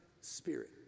Spirit